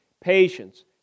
patience